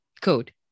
code